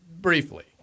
briefly